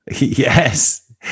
Yes